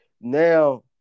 now